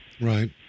Right